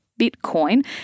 Bitcoin